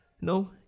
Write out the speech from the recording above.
no